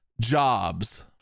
jobs